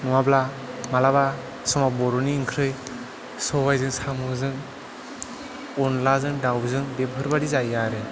नङाब्ला मालाबा समाव बर'नि ओंख्रि सबायजों साम'जों अनलाजों दाउजों बेफोरबायदि जायो आरो